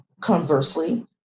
conversely